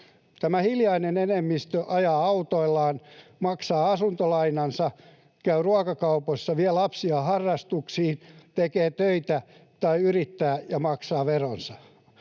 Tämä hiljainen enemmistö ajaa autoillaan, maksaa asuntolainansa, käy ruokakaupoissa, vie lapsia harrastuksiin, tekee töitä tai yrittää ja maksaa veronsa.